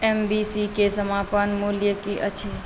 ए B C के समापन मूल्य की अछि